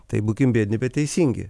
tai būkim biedni bet teisingi